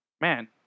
Man